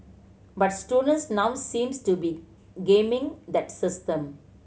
but students now seems to be gaming that system